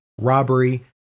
robbery